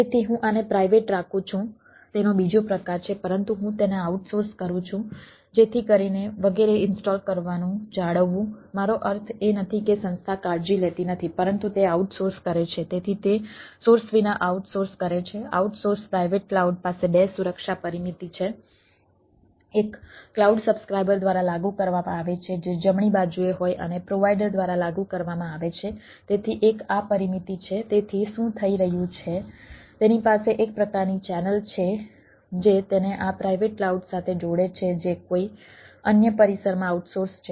તેથી હું આને પ્રાઇવેટ રાખું છું તેનો બીજો પ્રકાર છે પરંતુ હું તેને આઉટસોર્સ કરું છું જેથી કરીને વગેરે ઇન્સ્ટોલ કરવાનું જાળવવું મારો અર્થ એ નથી કે સંસ્થા કાળજી લેતી નથી પરંતુ તે આઉટસોર્સ કરે છે તેથી તે સોર્સ છે